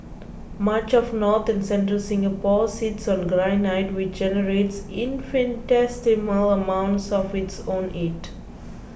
much of north and central Singapore sits on granite which generates infinitesimal amounts of its own heat